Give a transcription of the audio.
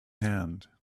hand